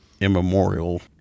immemorial